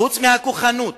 חוץ מהכוחנות.